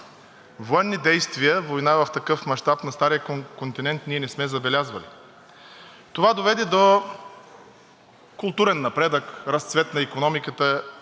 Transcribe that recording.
културен напредък, разцвет на икономиката и други, но винаги е имало кризи. В най-скоро време имахме